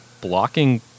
blocking